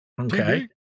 Okay